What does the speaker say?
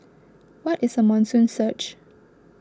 what is a monsoon surge